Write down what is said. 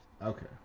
Okay